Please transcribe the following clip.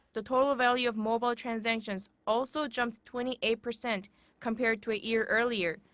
the total value of mobile transactions also jumped twenty eight percent compared to a year earlier.